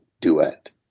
duet